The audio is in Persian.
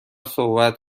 صحبت